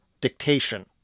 dictation